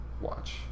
watch